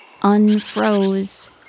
unfroze